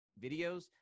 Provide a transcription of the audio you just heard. videos